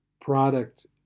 product